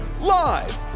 live